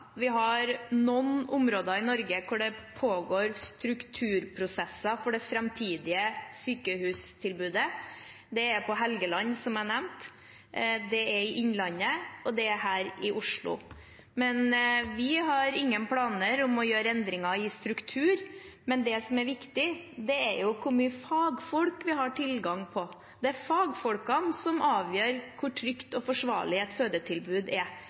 Vi har noen områder i Norge hvor det pågår strukturprosesser for det framtidige sykehustilbudet. Det er på Helgeland, som jeg nevnte, det er i Innlandet, og det er her i Oslo. Vi har ingen planer om å gjøre endringer i struktur, men det som er viktig, er jo hvor mye fagfolk vi har tilgang på. Det er fagfolkene som avgjør hvor trygt og forsvarlig et fødetilbud er.